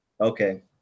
Okay